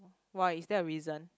why is there a reason